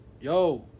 yo